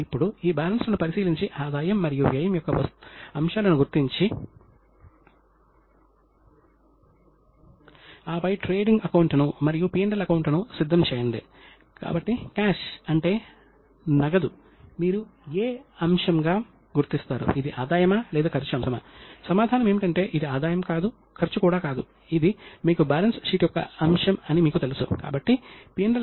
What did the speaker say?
కాబట్టి అకౌంటింగ్ యొక్క జవాబుదారీతనం పెరిగింది స్పెషలైజేషన్ తీసుకురాబడింది మరియు ఈ రెండు కార్యాలయాలను వేరు చేయడం వలన ఆసక్తి వలన కలిగే సంఘర్షణ యొక్క పరిధి గణనీయంగా తగ్గింది